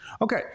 Okay